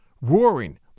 Roaring